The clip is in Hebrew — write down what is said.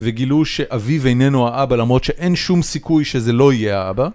וגילו שאבי ואיננו האבא למרות שאין שום סיכוי שזה לא יהיה האבא